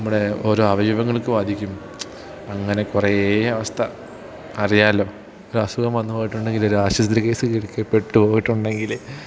നമ്മുടെ ഓരോ അവയവങ്ങൾക്ക് ബാധിക്കും അങ്ങനെ കുറേ അവസ്ഥ അറിയാമല്ലോ അസുഖം വന്നു പോയിട്ടുണ്ടെങ്കിൽ ആശുപത്രി കേസ് പിടിക്കപ്പെട്ടു പോയിട്ടുണ്ടെങ്കിൽ